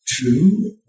two